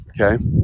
okay